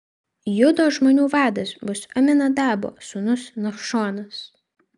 judo žmonių vadas bus aminadabo sūnus nachšonas